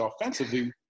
offensively